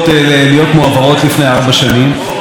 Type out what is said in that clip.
הן הועברו לפני שנתיים.